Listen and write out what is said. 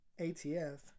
ATF